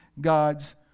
God's